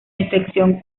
infección